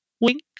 wink